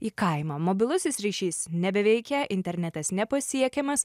į kaimą mobilusis ryšys nebeveikia internetas nepasiekiamas